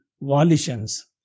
volitions